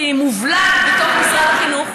כי היא מובלעת בתוך משרד החינוך.